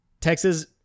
Texas